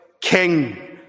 King